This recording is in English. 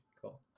cool